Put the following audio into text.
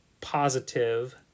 positive